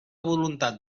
voluntat